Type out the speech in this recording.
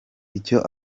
icyo